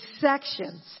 sections